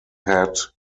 head